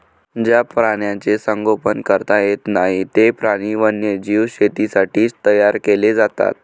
ज्या प्राण्यांचे संगोपन करता येत नाही, ते प्राणी वन्यजीव शेतीसाठी तयार केले जातात